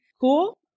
cool